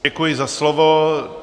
Děkuji za slovo.